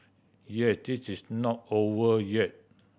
yes it is not over yet